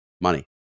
money